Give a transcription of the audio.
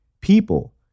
People